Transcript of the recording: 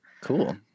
Cool